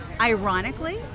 ironically